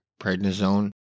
prednisone